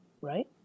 Right